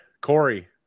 Corey